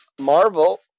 Marvel